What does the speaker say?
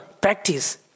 practice